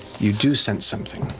you do sense something.